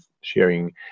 sharing